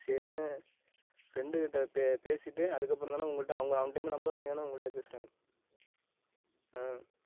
சரினு ஃப்ரெண்டுக்கிட்ட பே பேசிவிட்டு அதுக்கப்புறோம்தாண்ணே உங்கள்ட்ட அவங்க அவன்டேருந்து நம்பர் வாங்கிதாண்ணே உங்கள்ட்ட பேசுகிறேன் ஆ